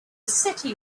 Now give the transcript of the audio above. city